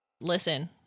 Listen